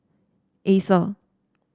acer